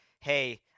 hey